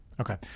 Okay